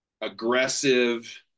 aggressive